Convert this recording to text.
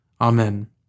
Amen